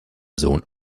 sohn